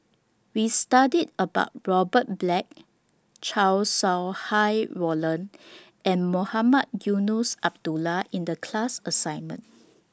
We studied about Robert Black Chow Sau Hai Roland and Mohamed Eunos Abdullah in The class assignment